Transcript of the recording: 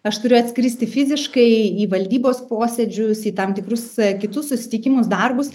aš turiu atskristi fiziškai į valdybos posėdžius į tam tikrus kitus susitikimus darbus